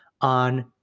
on